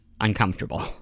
uncomfortable